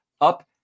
up